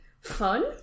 fun